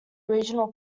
regional